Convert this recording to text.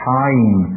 time